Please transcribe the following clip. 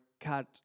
cut